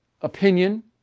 opinion